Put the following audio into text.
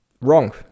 wrong